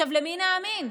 למי נאמין?